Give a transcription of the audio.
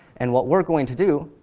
and what we're going to do,